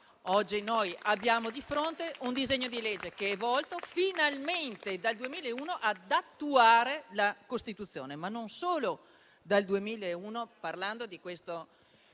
Oggi noi abbiamo di fronte un disegno di legge che è volto finalmente (dal 2001) ad attuare la Costituzione, ma non solo dal 2001, parlando di questo